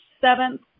seventh